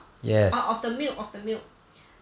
oh of the milk of the milk